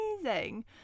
amazing